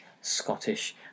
Scottish